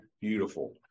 beautiful